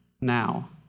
now